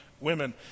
women